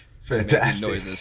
Fantastic